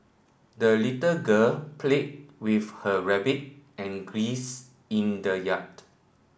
the little girl played with her rabbit and geese in the yard